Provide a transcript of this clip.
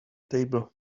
table